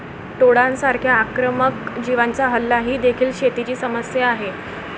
टोळांसारख्या आक्रमक जीवांचा हल्ला ही देखील शेतीची समस्या आहे